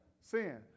sin